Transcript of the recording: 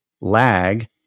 lag